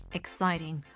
exciting